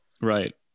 right